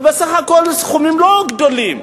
ובסך הכול סכומים לא גדולים.